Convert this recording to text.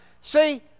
See